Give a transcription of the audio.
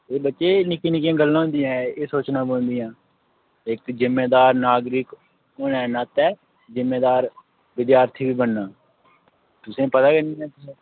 बच्चे निक्कियां निक्कियां गल्ला होंदिया ऐ एह् सोचना पौंदियां इक जिम्मेदार नागरिक होने दे नाते जिम्मेदार विधार्थी बी बनना तुसेंगी पता गै नेईं ऐ किश